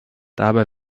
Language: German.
dabei